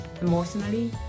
emotionally